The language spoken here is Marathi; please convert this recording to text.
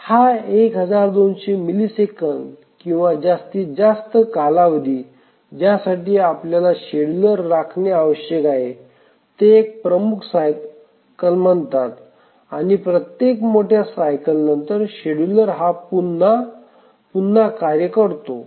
हा १२०० मिलिसेकंद किंवा जास्तीत जास्त कालावधी ज्यासाठी आपल्याला शेड्युलर राखणे आवश्यक आहे ते एक प्रमुख सायकल म्हणतात आणि प्रत्येक मोठ्या सायकल नंतर शेड्युलर पुन्हा करतो